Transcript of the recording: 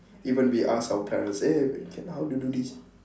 even we ask our parents eh can how to do this